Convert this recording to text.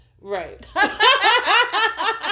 Right